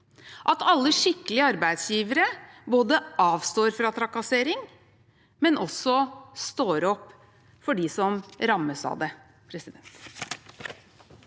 at alle skikkelige arbeidsgivere både avstår fra trakassering og står opp for dem som rammes av det.